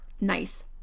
nice